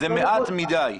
זה מעט מדי.